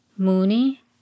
Mooney